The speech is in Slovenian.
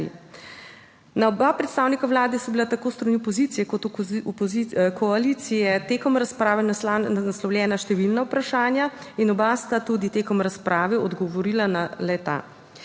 Na oba predstavnika Vlade so bila tako s strani opozicije kot koalicije tekom razprave naslovljena številna vprašanja in oba sta tudi tekom razprave odgovorila le ta